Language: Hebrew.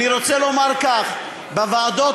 אני רוצה לומר כך: בוועדות,